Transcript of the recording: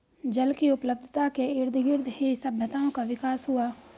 जल की उपलब्धता के इर्दगिर्द ही सभ्यताओं का विकास हुआ